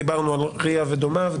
דיברנו על RIA ודומיו.